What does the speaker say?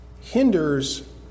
Hinders